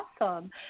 awesome